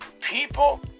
people